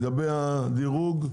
לגבי הדירוג,